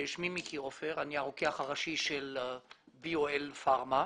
אני הרוקח הראשי של BOL פארמה.